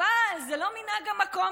אבל זה לא מנהג המקום.